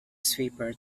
sweeper